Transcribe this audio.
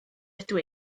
ydw